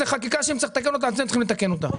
זאת חקיקה שאם צריך לתקן אותה אתם צריכים לתקן אותה.